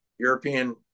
European